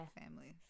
families